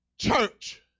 church